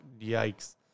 Yikes